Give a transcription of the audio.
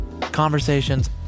conversations